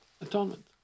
atonement